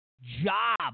job